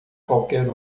qualquer